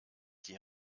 die